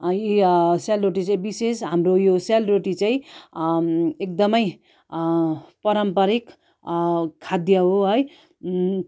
यी सेलरोटी चाहिँ विशेष हाम्रो यो सेलरोटी चाहिँ एकदम पारम्परिक खाद्य हो है